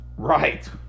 Right